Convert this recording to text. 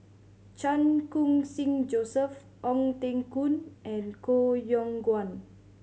Chan Khun Sing Joseph Ong Teng Koon and Koh Yong Guan